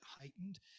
heightened